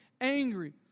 angry